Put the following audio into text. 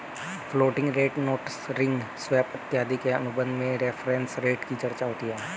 floating rate notes ring swap इत्यादि के अनुबंध में रेफरेंस रेट की चर्चा होती है